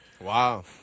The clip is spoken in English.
Wow